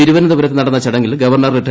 തിരുവനന്തപുരത്ത് നടന്ന ചടങ്ങിൽ ഗവർണർ റിട്ട